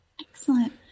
Excellent